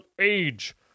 age